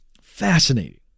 Fascinating